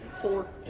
Four